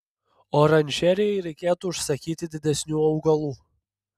oranžerijai reikėtų užsakyti didesnių augalų